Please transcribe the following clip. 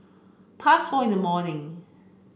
past four in the morning